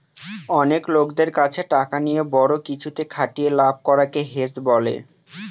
অনেক লোকদের কাছে টাকা নিয়ে বড়ো কিছুতে খাটিয়ে লাভ করাকে হেজ বলে